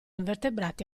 invertebrati